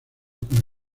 con